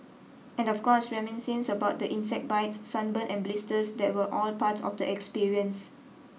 and of course reminiscing about the insect bites sunburn and blisters that were all part of the experience